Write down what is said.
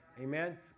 Amen